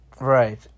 Right